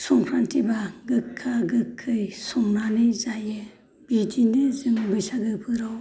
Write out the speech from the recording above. संख्रान्थिबा गोखा गोखै संनानै जायो बिदिनो जों बैसागोफोराव